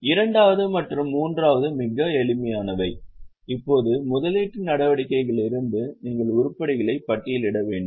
இரண்டாவது மற்றும் மூன்றாவது மிகவும் எளிமையானவை இப்போது முதலீட்டு நடவடிக்கையிலிருந்து நீங்கள் உருப்படிகளை பட்டியலிட வேண்டும்